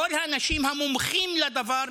כל האנשים המומחים לדבר,